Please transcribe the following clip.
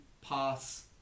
pass